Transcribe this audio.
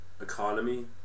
economy